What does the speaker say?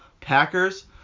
Packers